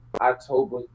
October